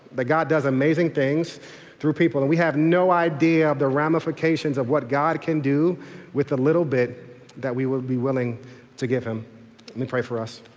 that god does amazing things through people. and we have no idea of the ramifications of what god can do with the little bit that we would be willing to give him. let me pray for us.